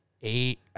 eight